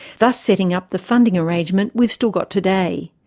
thus setting up the funding arrangement we've still got today.